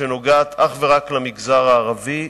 שנוגעת אך ורק למגזר הערבי,